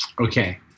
Okay